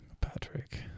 Patrick